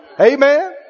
Amen